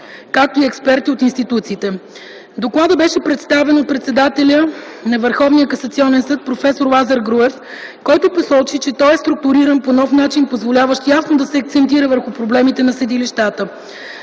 както и експерти от институциите. Докладът беше представен от председателя на ВКС проф. Лазар Груев, който посочи, че той е структуриран по нов начин, позволяващ ясно да се акцентира върху проблемите на съдилищата.